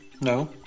No